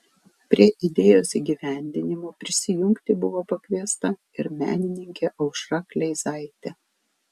prie idėjos įgyvendinimo prisijungti buvo pakviesta ir menininkė aušra kleizaitė